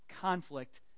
conflict